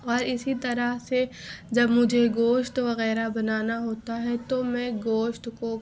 اور اسی طرح سے جب مجھے گوشت وغیرہ بنانا ہوتا ہے تو میں گوشت کو